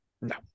No